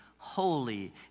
Holy